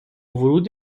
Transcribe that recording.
ورود